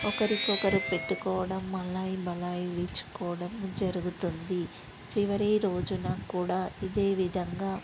ఒకరికొకరు పెట్టుకోవడం మలై మలైలు ఇచ్చుకోవడం జరుగుతుంది చివరి రోజున కూడా ఇదే విధంగా